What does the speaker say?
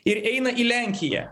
ir eina į lenkiją